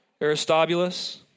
Aristobulus